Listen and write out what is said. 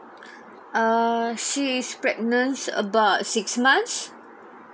uh she is pregnant about six months